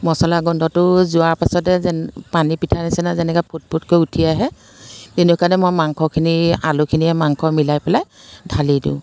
মচলা গোন্ধটো যোৱাৰ পাছতে যেন পানী পিঠা নিচিনা যেনেকৈ ফুট ফুটকৈ উঠি আহে তেনেকুৱাতে মই মাংসখিনি আলুখিনিয়ে মাংসই মিলাই পেলাই ঢালি দিওঁ